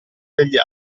degli